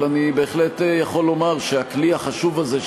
אבל אני בהחלט יכול לומר שהכלי החשוב הזה,